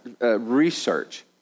research